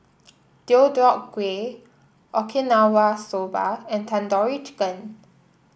Deodeok Gui Okinawa Soba and Tandoori Chicken